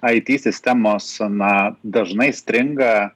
it sistemos na dažnai stringa